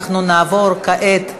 אנחנו נעבור כעת להצבעה,